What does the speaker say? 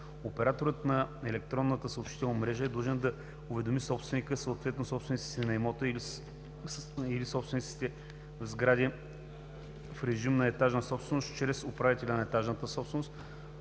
Операторът на електронната съобщителна мрежа е длъжен да уведоми собственика, съответно съсобствениците на имота или собствениците в сгради в режим на етажна собственост чрез управителя на етажната собственост,